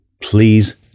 please